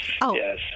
yes